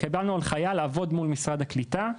קיבלנו הנחיה לעבוד מול משרד הקליטה.